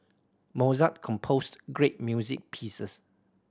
Mozart composed great music pieces